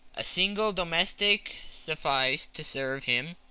a single domestic sufficed to serve him.